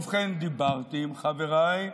ובכן, דיברתי עם חבריי.